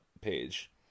page